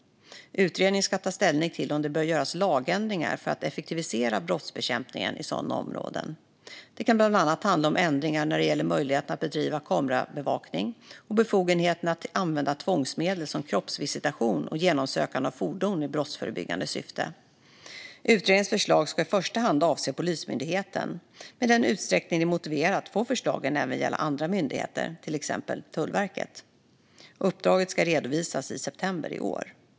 Utredningen ska ta ställning till om det bör göras lagändringar för att effektivisera brottsbekämpningen i sådana områden. Det kan bland annat handla om ändringar när det gäller möjligheten att bedriva kamerabevakning och befogenheten att använda tvångsmedel som kroppsvisitation och genomsökande av fordon i brottsförebyggande syfte. Utredningens förslag ska i första hand avse Polismyndigheten, men i den utsträckning det är motiverat får förslagen även gälla andra myndigheter, till exempel Tullverket. Uppdraget ska redovisas i september i år.